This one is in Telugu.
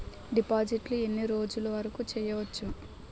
డిపాజిట్లు ఎన్ని రోజులు వరుకు చెయ్యవచ్చు?